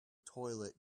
toilet